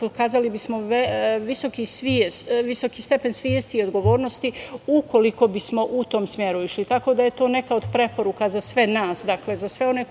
pokazali bismo visoki stepen svesti i odgovornosti ukoliko bismo u tom smeru išli. Tako da je to neka od preporuka za sve nas, za sve one koju budu